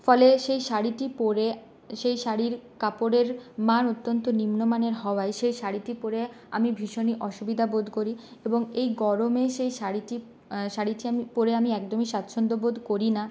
ফলে সেই শাড়িটি পড়ে সেই শাড়ির কাপড়ের মান অত্যন্ত নিম্নমানের হওয়ায় সেই শাড়িটি পরে আমি ভীষণই অসুবিধা বোধ করি এবং এই গরমে সেই শাড়িটি শাড়িটি আমি পরে আমি একদমই স্বাচ্ছন্দ্য বোধ করি না